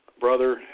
brother